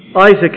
Isaac